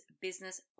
Business